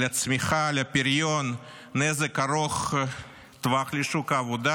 על הצמיחה, על הפריון, נזק ארוך טווח לשוק העבודה.